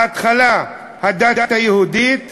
בהתחלה הדת היהודית,